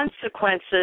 consequences